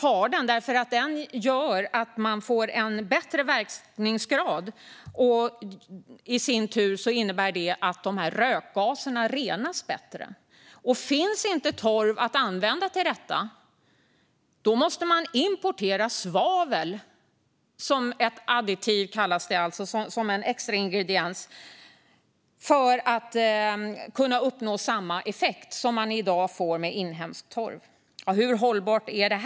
Man får nämligen en bättre verkningsgrad, vilket i sin tur innebär att rökgaserna renas bättre. Finns det inte torv att använda till detta måste man i stället importera svavel som ett additiv, som det kallas. Det är alltså en extra ingrediens man använder för att kunna uppnå samma effekt som man i dag får med inhemsk torv. Hur hållbart är det?